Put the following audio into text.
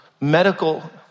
medical